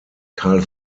karl